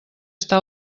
està